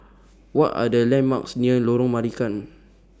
What Are The landmarks near Lorong Marican